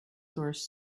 source